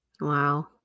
Wow